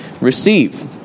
receive